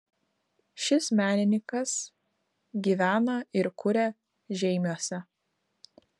šis menininkas gyvena ir kuria žeimiuose